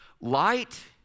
Light